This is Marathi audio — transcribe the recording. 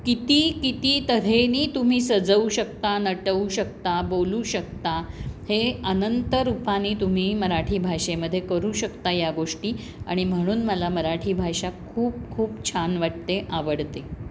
किती किती तऱ्हेने तुम्ही सजवू शकता नटवू शकता बोलू शकता हे अनंतरूपाने तुम्ही मराठी भाषेमध्ये करू शकता या गोष्टी आणि म्हणून मला मराठी भाषा खूप खूप छान वाटते आवडते